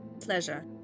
Pleasure